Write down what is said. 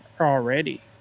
already